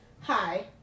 hi